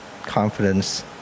Confidence